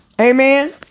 Amen